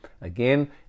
again